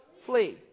flee